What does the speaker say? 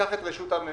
לקח את רשות הנמלים,